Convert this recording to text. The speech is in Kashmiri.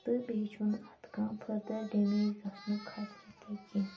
تہٕ بیٚیہِ چھُنہٕ اتھ کانٛہہ فردَر ڈیٚمیج گَژھنُک خَطرٕ تہِ کینٛہہ